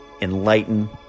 enlighten